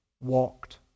walked